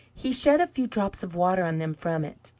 he shed a few drops of water on them from it,